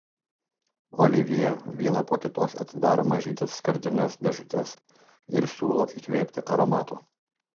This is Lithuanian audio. olivjė vieną po kitos atidaro mažytes skardines dėžutes ir siūlo įkvėpti aromato